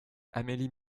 amélie